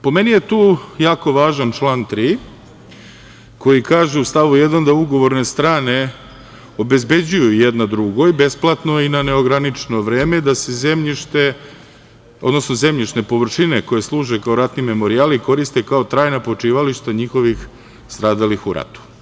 Po meni je tu jako važan član 3. koji kaže u stavu 1. – da ugovorne strane obezbeđuju jedna drugoj besplatno i na neograničeno vreme da se zemljište, odnosno zemljišne površine koje služe kao ratni memorijali koriste kao trajna počivališta njihovih stradalih u ratu.